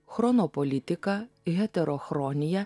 chronopolitika heterochronija